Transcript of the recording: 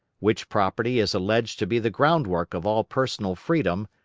which property is alleged to be the groundwork of all personal freedom,